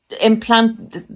implant